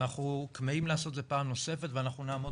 אנחנו כמהים לעשות את זה פעם נוספת ואנחנו נעמוד